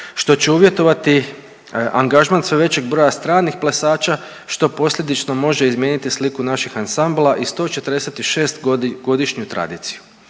što će uvjetovati angažman sve većeg broja stranih plesača što posljedično može izmijeniti sliku naših ansambla i 146-godišnju tradiciju.